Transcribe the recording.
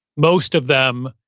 most of them,